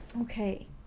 Okay